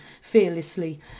fearlessly